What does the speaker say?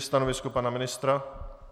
Stanovisko pana ministra?